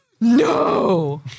no